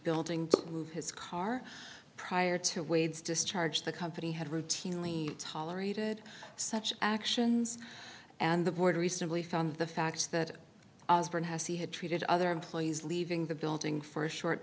building to move his car prior to wade's discharge the company had routinely tolerated such actions and the board recently found the fact that he had treated other employees leaving the building for a short